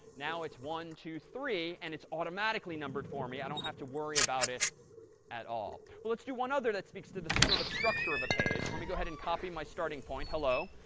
now it's one, two, three, and it's automatically numbered for me. i don't have to worry about it at all. well, let's do one other that speaks to the sort of structure of the page. let me go ahead and copy my starting point, hello,